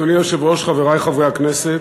אדוני היושב-ראש, חברי חברי הכנסת,